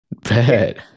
Bet